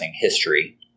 history